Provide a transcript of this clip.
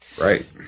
Right